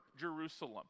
Jerusalem